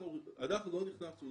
אנחנו לא נכנסנו